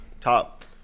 top